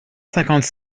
cinquante